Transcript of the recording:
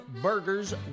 burgers